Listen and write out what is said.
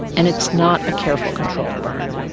and it's not a careful, controlled burn.